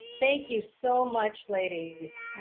thank you so much ladies,